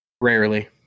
Rarely